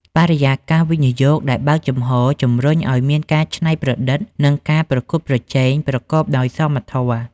បរិយាកាសវិនិយោគដែលបើកចំហ ជំរុញឱ្យមានការច្នៃប្រឌិត និងការប្រកួតប្រជែងប្រកបដោយសមធម៌។